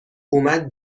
اومد